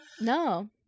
No